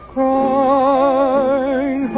Crying